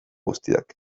guztiak